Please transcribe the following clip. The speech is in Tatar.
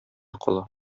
кала